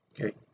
okay